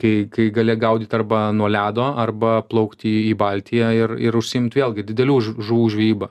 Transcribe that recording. kai kai gali gaudyt arba nuo ledo arba plaukti į baltiją ir ir užsiimt vėlgi didelių žuvų žvejyba